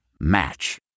Match